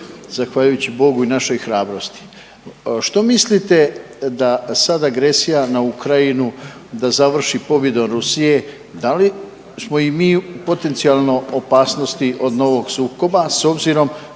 zahvaljujući Bogu i našoj hrabrosti. Što mislite da sada agresija na Ukrajinu, da završi pobjedom Rusije, da smo i mi u potencijalnoj opasnosti od novog sukoba, s obzirom